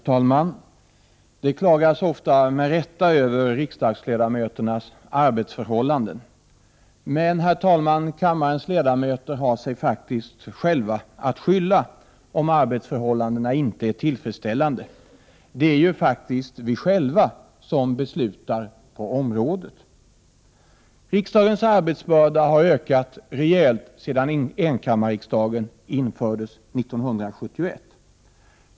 Herr talman! Det klagas ofta med rätta över riksdagsledamöternas arbetsförhållanden. Men kammarens ledamöter har sig själva att skylla om arbetsförhållandena inte är tillfredsställande. Det är ju vi själva som fattar beslut på området. Riksdagens arbetsbörda har ökat rejält sedan enkammarriksdagen infördes 1971.